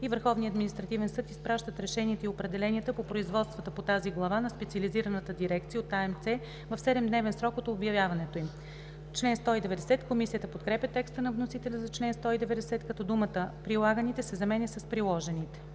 и Върховният административен съд изпращат решенията и определенията по производствата по тази глава, на специализираната дирекция от АМС в 7-дневен срок от обявяването им.“ Комисията подкрепя текста на вносителя за чл. 190, като думата „прилаганите“ се заменя с „приложените“.